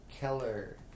Keller